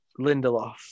Lindelof